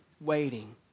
waiting